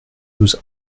douze